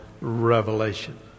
revelation